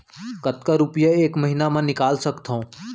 कतका रुपिया एक महीना म निकाल सकथव?